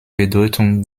bedeutung